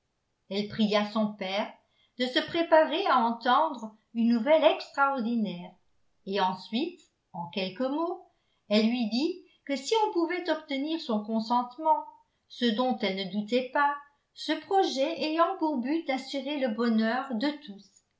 elle pria son père de se préparer à entendre une nouvelle extraordinaire et ensuite en quelques mots elle lui dit que si on pouvait obtenir son consentement ce dont elle ne doutait pas ce projet ayant pour but d'assurer le bonheur de tous